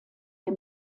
der